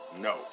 no